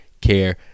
care